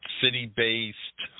city-based